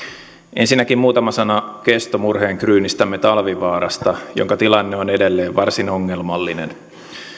ensinnäkin muutama sana kestomurheenkryynistämme talvivaarasta jonka tilanne on edelleen varsin ongelmallinen